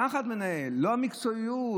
הפחד מנהל אותם.